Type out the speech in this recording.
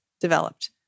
developed